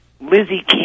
Lizzie